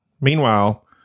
Meanwhile